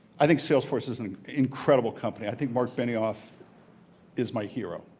i think salesforce is an incredible company. i think mark vineoff is my hero.